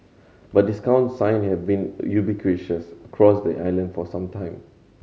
but discount sign have been ubiquitous across the island for some time